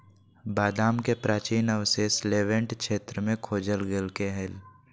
बादाम के प्राचीन अवशेष लेवेंट क्षेत्र में खोजल गैल्के हइ